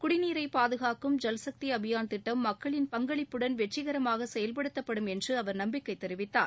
குடிநீரை பாதுகாக்கும் ஜல்சக்தி அபியான் திட்டம் மக்களின் பங்களிப்புடன் வெற்றிகரமாக செயல்படுத்தப்படும் என்று அவர் நம்பிக்கை தெரிவித்தார்